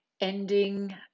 ending